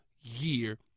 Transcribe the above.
year